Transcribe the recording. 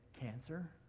cancer